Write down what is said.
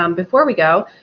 um before we go,